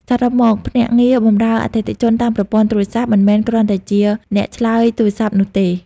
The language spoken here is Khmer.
សរុបមក ភ្នាក់ងារបម្រើអតិថិជនតាមប្រព័ន្ធទូរស័ព្ទ មិនមែនគ្រាន់តែជាអ្នកឆ្លើយទូរស័ព្ទនោះទេ។